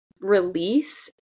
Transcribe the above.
release